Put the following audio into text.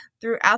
throughout